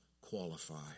qualify